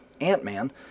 Ant-Man